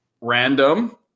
random